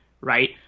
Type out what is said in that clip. right